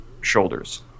shoulders